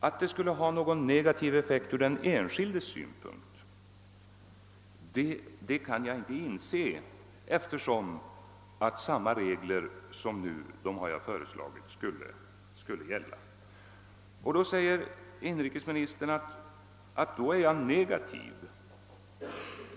Att det skulle ha någon negativ effekt från den enskildes synpunkt kan jag inte inse, eftersom samma regler som de hittillsvarande skulle gälla. Inrikesministern säger då att jag är negativ.